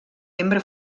membre